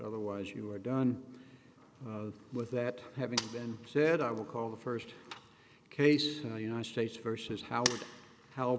otherwise you are done with that having been said i will call the first case the united states versus how